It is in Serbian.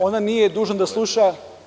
Ona nije dužna da sluša…